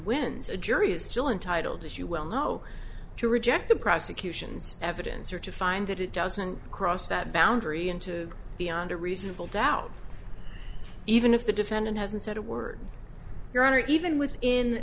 wins a jury is still untitled as you well know to reject the prosecution's evidence or to find that it doesn't cross that boundary and to beyond a reasonable doubt even if the defendant hasn't said a word your honor even with in